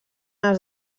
els